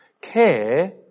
Care